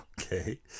Okay